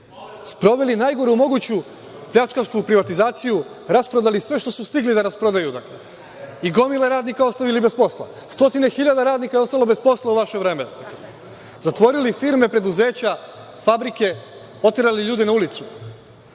sproveli najgoru moguću pljačkašku privatizaciju, rasprodali sve što su stigli da rasprodaju i gomile radnika ostavili bez posla. Stotine hiljada radnika je ostalo bez posla u vaše vreme. Zatvorili firme, preduzeća, fabrike, oterali ljude na ulicu,